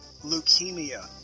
leukemia